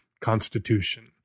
constitution